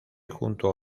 junto